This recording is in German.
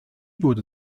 wurde